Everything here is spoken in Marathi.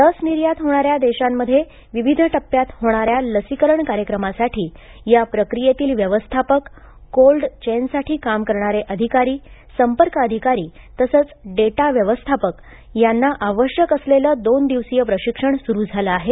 लस निर्यात होणाऱ्या देशांमध्ये विविध टप्प्यात होणाऱ्या लसीकरण कार्यक्रमासाठी याप्रक्रियेतील व्यवस्थापक कोल्ड चैन साठी काम करणारे अधिकारी संपर्क अधिकारी तसेच डेटा व्यवस्थापक यांना आवश्यक असलेलं दोन दिवसीय प्रशिक्षण सुरु झालं आहे